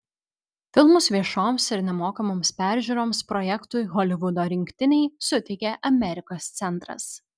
filmus viešoms ir nemokamoms peržiūroms projektui holivudo rinktiniai suteikė amerikos centras